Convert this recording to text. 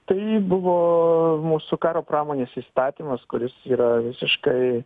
tai buvo mūsų karo pramonės įstatymas kuris yra visiškai